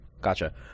Gotcha